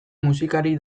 musikari